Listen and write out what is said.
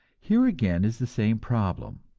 here again is the same problem.